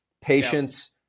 patience